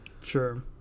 Sure